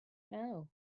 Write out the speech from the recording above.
know